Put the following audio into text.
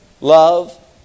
Love